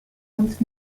uns